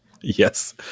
Yes